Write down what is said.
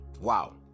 Wow